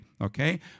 okay